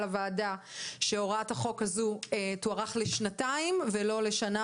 לוועדה שהוראת החוק הזו תוארך לשנתיים ולא לשנה,